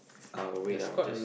uh wait I'm just